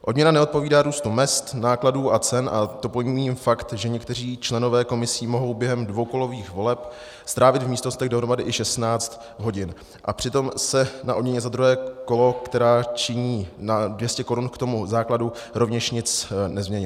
Odměna neodpovídá růstu mezd, nákladů a cen, a to pomíjím fakt, že někteří členové komisí mohou během dvoukolových voleb strávit v místnostech dohromady i 16 hodin a přitom se na odměně za druhé kolo, která činí 200 korun k tomu základu, rovněž nic nezměnilo.